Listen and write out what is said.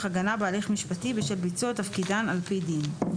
הגנה בהליך משפטי בשל ביצוע תפקידן על פי דין.